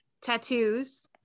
tattoos